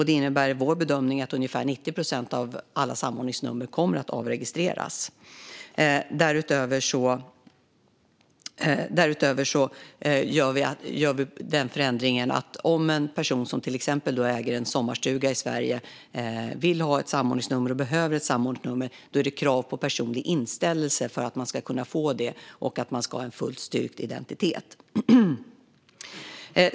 Det innebär enligt vår bedömning att ungefär 90 procent av alla samordningsnummer kommer att avregistreras. Därutöver gör vi den förändringen att om en person som till exempel äger en sommarstuga i Sverige vill ha ett samordningsnummer och behöver ett samordningsnummer är det krav på personlig inställelse för att man ska kunna få det och att man ska ha en fullt styrkt identitet.